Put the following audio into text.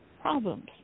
problems